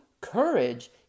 courage